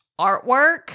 artwork